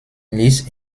ließ